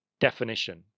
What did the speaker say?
definition